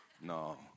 No